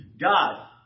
God